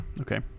okay